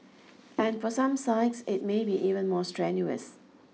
and for some sites it may be even more strenuous